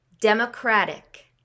Democratic